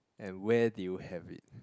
and where did you have it